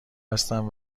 بستم